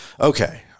Okay